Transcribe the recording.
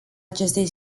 acestei